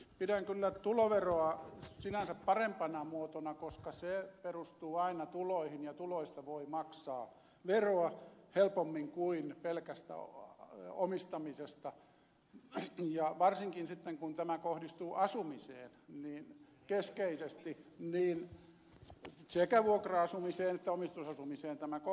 pidän kyllä tuloveroa sinänsä parempana muotona koska se perustuu aina tuloihin ja tuloista voi maksaa veroa helpommin kuin pelkästä omistamisesta ja varsinkin sen vuoksi että tämä kiinteistövero kohdistuu niin keskeisesti sekä vuokra asumiseen että omistusasumiseen